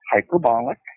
hyperbolic